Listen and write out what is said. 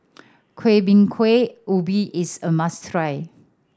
Kueh Bingka Ubi is a must try